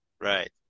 Right